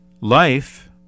Life